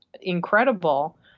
incredible